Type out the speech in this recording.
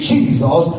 Jesus